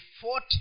fought